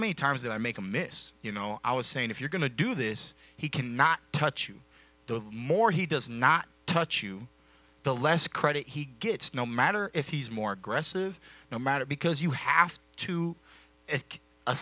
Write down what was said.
many times that i make a mis you know i was saying if you're going to do this he cannot touch you the more he does not touch you the less credit he gets no matter if he's more aggressive no matter because you have to